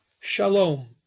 Shalom